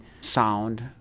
sound